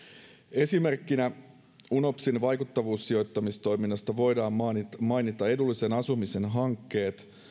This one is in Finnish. esimerkkinä unopsin vaikuttavuussijoittamistoiminnasta voidaan mainita mainita edullisen asumisen hankkeet